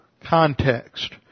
context